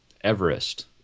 Everest